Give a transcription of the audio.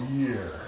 year